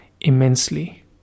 immensely